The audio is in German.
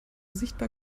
sichtbar